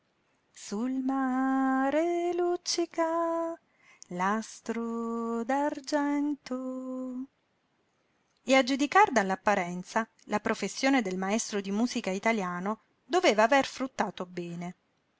sul mare luccica l'astro d'argento e a giudicar dall'apparenza la professione del maestro di musica italiano doveva aver fruttato bene